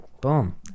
boom